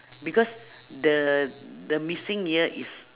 because the the missing year is